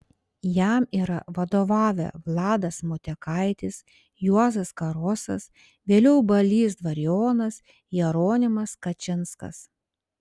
jam yra vadovavę vladas motiekaitis juozas karosas vėliau balys dvarionas jeronimas kačinskas